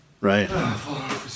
Right